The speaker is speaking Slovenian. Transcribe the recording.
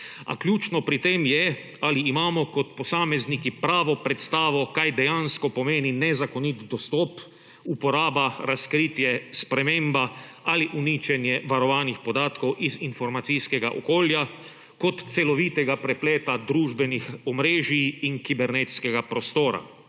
a ključno pri tem je ali imamo kot posamezniki pravo predstavo kaj dejansko pomeni nezakonit dostop, uporaba, razkritje, sprememba ali uničenje varovanih podatkov iz informacijskega okolja kot celovitega prepleta družbenih omrežij in kibernetskega prostora.